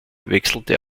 wechselte